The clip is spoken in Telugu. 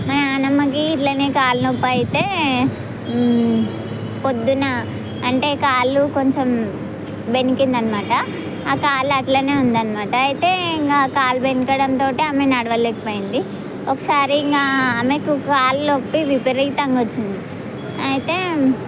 మా నాన్నమ్మకి ఇట్లనే కాలు నొప్పి అయితే పొద్దున అంటే కాళ్ళు కొంచెం బెనికింది అన్నమాట ఆ కాళ్ళు అట్లనే ఉంది అన్నమాట అయితే ఇంకా ఆ కాళ్ళు బెణకడంతో ఆమె నడవలేకపోయింది ఒకసారి ఇంకా ఆమెకు కాళ్ళు నొప్పి విపరీతంగా వచ్చింది అయితే